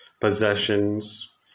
possessions